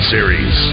Series